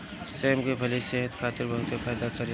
सेम के फली सेहत खातिर बहुते फायदा करेला